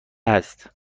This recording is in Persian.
هست